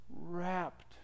wrapped